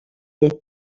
les